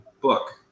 book